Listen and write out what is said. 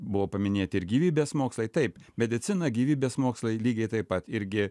buvo paminėti ir gyvybės mokslai taip medicina gyvybės mokslai lygiai taip pat irgi